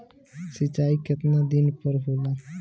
सिंचाई केतना दिन पर होला?